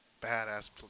badass